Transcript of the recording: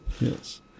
Yes